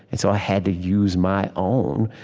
and so i had to use my own,